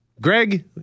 Greg